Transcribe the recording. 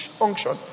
function